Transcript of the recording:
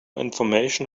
information